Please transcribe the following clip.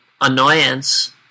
annoyance